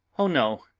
oh, no,